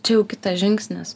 čia jau kitas žingsnis